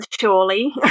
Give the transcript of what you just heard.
surely